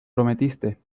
prometiste